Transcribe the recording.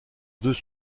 deux